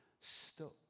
stuck